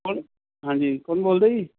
ਕੌਣ ਹਾਂਜੀ ਕੌਣ ਬੋਲਦੇ ਜੀ